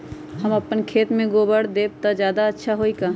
हम अपना खेत में गोबर देब त ज्यादा अच्छा होई का?